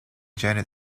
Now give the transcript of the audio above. janet